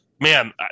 Man